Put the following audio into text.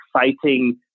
exciting